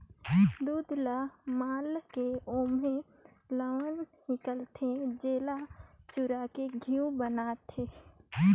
दूद ल मले ले ओम्हे लेवना हिकलथे, जेला चुरायके घींव बनाथे